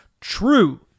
true